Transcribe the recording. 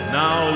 now